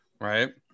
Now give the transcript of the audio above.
right